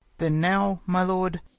then now, my lord,